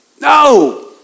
No